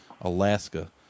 Alaska